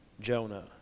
Jonah